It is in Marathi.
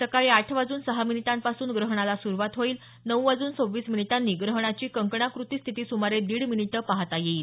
सकाळी आठ वाजून सहा मिनिटांपासून ग्रहणाला सुरुवात होईल नऊ वाजून सव्वीस मिनिटांनी ग्रहणाची कंकणाकृती स्थिती सुमारे दीड मिनीट पाहता येईल